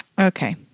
Okay